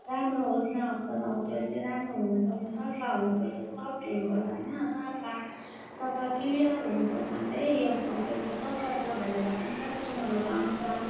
राम्रो होस् नहोस् तर होटेल चाहिँ राम्रो हुनु पर्यो सफा हुनु पर्छ सफ्ट हुनु पर्यो होइन सफा सफा क्लियर हुनु पर्छ अन्त ए यो होटेल त सफा छ भनेर पनि कस्टमरहरू आउँछ